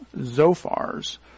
Zophar's